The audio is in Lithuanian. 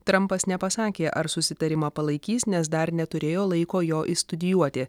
trampas nepasakė ar susitarimą palaikys nes dar neturėjo laiko jo išstudijuoti